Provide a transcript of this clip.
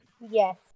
Yes